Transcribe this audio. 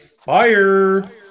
fire